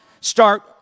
start